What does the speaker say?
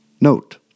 Note